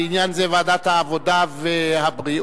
לעניין זה ועדת העבודה והבריאות.